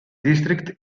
district